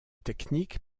technique